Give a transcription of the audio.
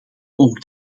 ook